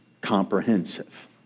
comprehensive